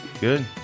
Good